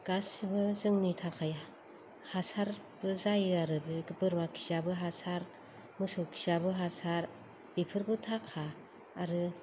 गासैबो जोंनि थाखाय हासारबो जायो आरो बोरमा खियाबो हासार मोसौ खियाबो हासार बेफोरबो थाखा आरो